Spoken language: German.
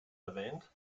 erwähnt